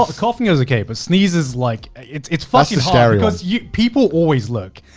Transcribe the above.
ah coughing is okay, but sneeze is like, it's it's fucking hard because people always look.